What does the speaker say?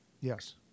Yes